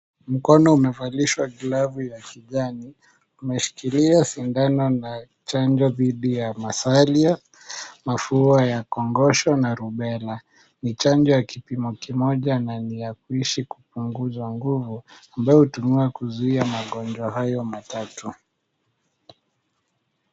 Mkono umevalishwa glavu ya kijani, umeshikilia sindano na chanjo dhidi ya masalia, mafua ya kongosho na rubela. Ni chanjo ya kipimo kimoja na ni ya kuishi kupunguza nguvu ambayo hutumiwa kuzuia magonjwa hayo matatu.